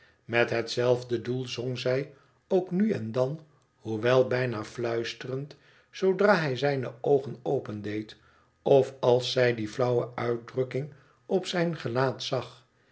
met hetzelfde doel zong zij ook na en dan hoewel bijna floisterend zoodra hij zijne oogen opendeed of als zij die flauwe uitdrukking op zijn gelaat zag